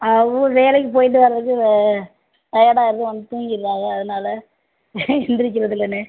அவக வேலைக்கு போய்ட்டு வர்றது டயட் ஆய்ருது வந்து தூங்கிடுறாக அதனால் எந்திரிக்கிறதில்லைணே